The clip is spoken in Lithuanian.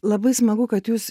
labai smagu kad jūs